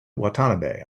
watanabe